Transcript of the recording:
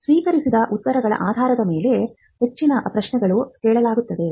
ಸ್ವೀಕರಿಸಿದ ಉತ್ತರಗಳ ಆಧಾರದ ಮೇಲೆ ಹೆಚ್ಚಿನ ಪ್ರಶ್ನೆಗಳನ್ನು ಕೇಳಲಾಗುತ್ತದೆ